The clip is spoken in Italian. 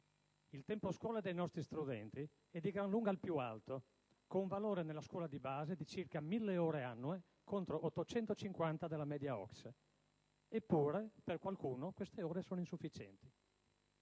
Il tempo scuola dei nostri studenti è di gran lunga il più alto, con un valore nella scuola di base di circa 1.000 ore annue contro le 850 della media OCSE. Eppure, per qualcuno queste ore sono insufficienti.